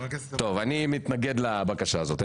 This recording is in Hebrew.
טוב, אני מתנגד לבקשה הזאת.